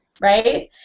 right